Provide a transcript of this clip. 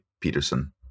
Peterson